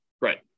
Right